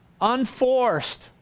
unforced